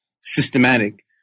systematic